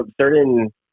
certain